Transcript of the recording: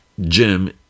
Jim